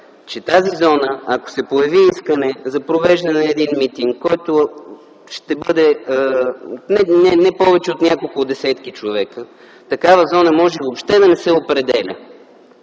означава това – ако се появи искане за провеждане на митинг, който ще бъде не повече от няколко десетки човека, тази зона може да не се определя.